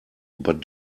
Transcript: but